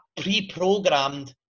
pre-programmed